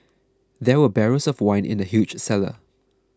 there were barrels of wine in the huge cellar